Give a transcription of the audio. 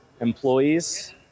employees